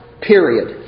period